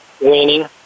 winning